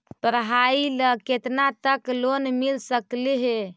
पढाई ल केतना तक लोन मिल सकले हे?